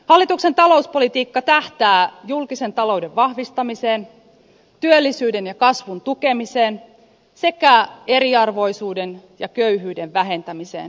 hallituksen talouspolitiikka tähtää julkisen talouden vahvistamiseen työllisyyden ja kasvun tukemiseen sekä eriarvoisuuden ja köyhyyden vähentämiseen suomalaisessa yhteiskunnassa